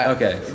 Okay